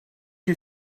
you